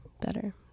better